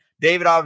David